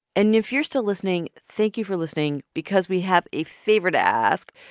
and if you're still listening, thank you for listening because we have a favor to ask,